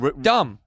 dumb